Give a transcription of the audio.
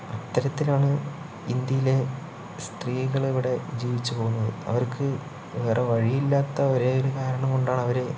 അത്തരത്തിലാണ് ഇന്ത്യയിലെ സ്ത്രീകളിവിടെ ജീവിച്ചു പോകുന്നത് അവർക്ക് വേറെ വഴിയില്ലാത്ത ഒരേ ഒരു കാരണം കൊണ്ടാണവര്